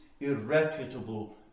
irrefutable